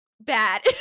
bad